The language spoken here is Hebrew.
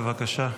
בבקשה,